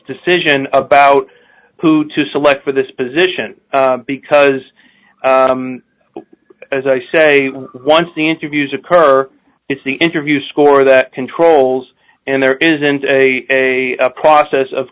decision about who to select for this position because as i say once the interviews occur it's the interview score that controls and there isn't a process of